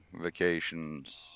vacations